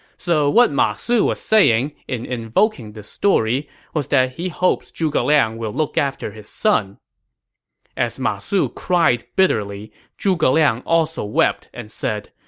so what ma su was saying in invoking this story was that he hopes zhuge liang will look after his son as ma su cried bitterly, zhuge liang also wept and said,